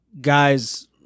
guys